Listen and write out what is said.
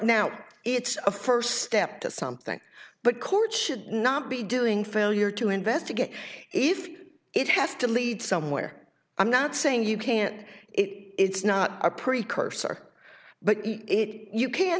now it's a first step to something but courts should not be doing failure to investigate if it has to lead somewhere i'm not saying you can't it's not a precursor but you can't